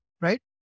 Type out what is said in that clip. right